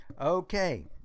Okay